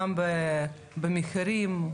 גם במחירים,